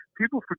People